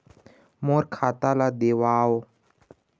मोर खाता ला देवाव?